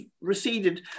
receded